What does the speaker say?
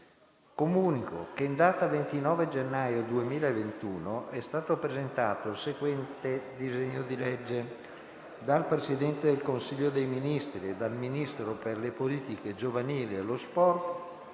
decreti-legge». In data 29 gennaio 2021 è stato presentato il seguente disegno di legge: dal Presidente del Consiglio dei ministri, dal Ministro per le politi- che giovanili e lo sport: